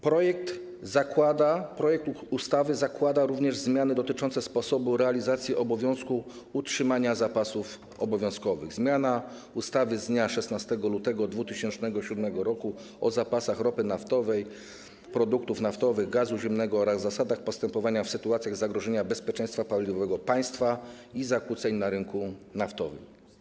Projekt ustawy zakłada również zmiany dotyczące sposobu realizacji obowiązku utrzymywania zapasów obowiązkowych - zmiana ustawy z dnia 16 lutego 2007 r. o zapasach ropy naftowej, produktów naftowych i gazu ziemnego oraz zasadach postępowania w sytuacjach zagrożenia bezpieczeństwa paliwowego państwa i zakłóceń na rynku naftowym.